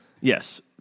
Yes